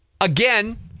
Again